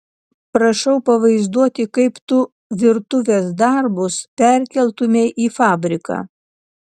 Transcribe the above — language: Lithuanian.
prašau pavaizduoti kaip tu virtuvės darbus perkeltumei į fabriką